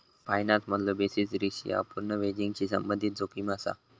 फायनान्समधलो basis risk ह्या अपूर्ण हेजिंगशी संबंधित जोखीम असा